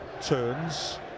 turns